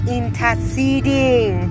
interceding